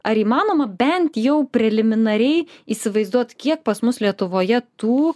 ar įmanoma bent jau preliminariai įsivaizduot kiek pas mus lietuvoje tų